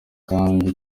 kandi